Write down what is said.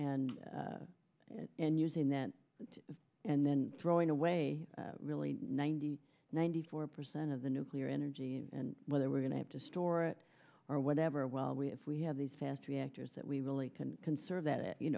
and and using that and then throwing away really ninety ninety four percent of the nuclear energy and whether we're going to have to store it or whatever well we have we have these fast reactors that we really can conserve that you